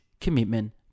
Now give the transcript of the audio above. commitment